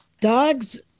dogs